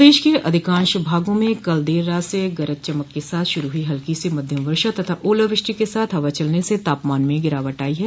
प्रदेश के अधिकांश भागों में कल देर रात से गरज चमक के साथ शुरू हुई हल्की से मध्यम वर्षा तथा ओलावृष्टि के साथ हवा चलने से तापमान में गिरावट आई है